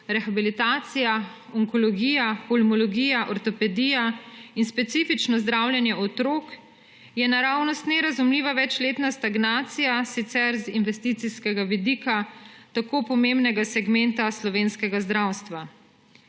rehabilitacija, onkologija, pulmologija, ortopedija in specifično zdravljenje otrok, je naravnost nerazumljiva večletna stagnacija sicer z investicijskega vidika tako pomembnega segmenta slovenskega zdravstva.